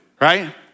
right